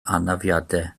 anafiadau